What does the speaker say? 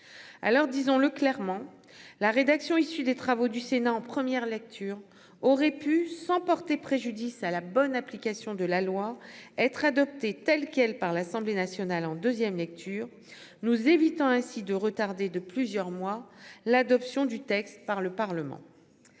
Alors disons-le clairement, la rédaction issue des travaux du Sénat en première lecture aurait pu sans porter préjudice à la bonne application de la loi, être adoptée telle quelle, par l'Assemblée nationale en 2ème lecture nous évitant ainsi de retarder de plusieurs mois. L'adoption du texte par le Parlement.